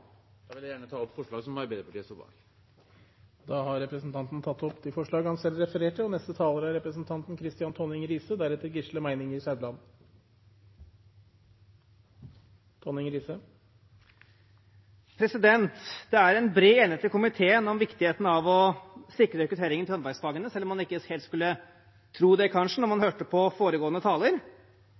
som Arbeiderpartiet står bak. Representanten Arild Grande har tatt opp de forslagene han refererte til. Det er bred enighet i komiteen om viktigheten av å sikre rekrutteringen til håndverksfagene, selv om man ikke helt skulle tro det, kanskje, når man hørte på foregående taler,